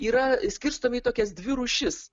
yra skirstomi į tokias dvi rūšis